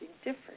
different